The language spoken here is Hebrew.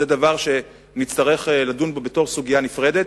זה דבר שנצטרך לדון בו בתור סוגיה נפרדת,